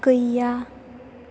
गैया